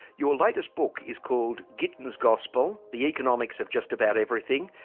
your latest book is called gittins' gospel the economics of just about everything.